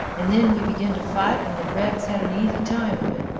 and then we begin to fight and the rebs had an easy time of it.